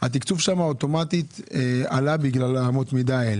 התקצוב שם אוטומטית עלה בגלל אמות המידה האלה.